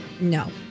No